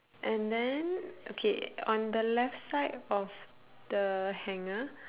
and then okay on the left side of the hanger